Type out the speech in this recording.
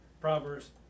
Proverbs